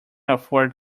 afford